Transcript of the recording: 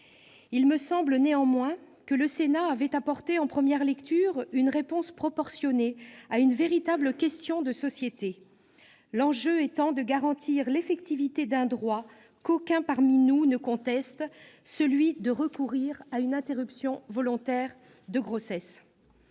Il me semble néanmoins que le Sénat avait apporté en première lecture une réponse proportionnée à une véritable question de société, l'enjeu étant de garantir l'effectivité d'un droit qu'aucun parmi nous ne conteste, celui de recourir à une interruption volontaire de grossesse.